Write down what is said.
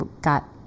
got